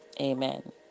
Amen